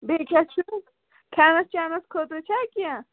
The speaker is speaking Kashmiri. بیٚیہِ کیٛاہ چھُ کھٮ۪نَس چٮ۪نَس خٲطرٕ چھےٚ کیٚنٛہہ